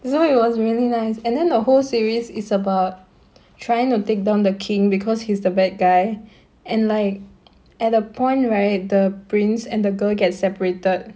so it was really nice and then the whole series is about trying to take down the king because he's the bad guy and like at a point where the prince and the girl get separated